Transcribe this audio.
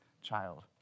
child